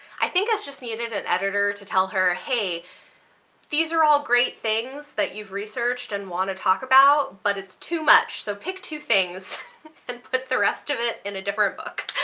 i think it's just needed an editor to tell her hey these are all great things that you've researched and want to talk about, but it's too much, so pick two things and put the rest of it in a different book.